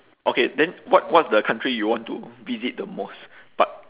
okay then what what's the country you want to visit the most but